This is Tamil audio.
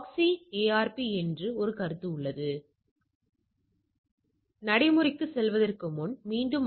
16 ஏனெனில் தரவுகளின் எண்ணிக்கை புள்ளி 17 167 ÷ 4